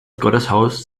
gotteshaus